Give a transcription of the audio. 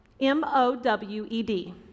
M-O-W-E-D